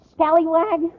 Scallywag